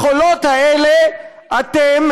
בחולות האלה אתם,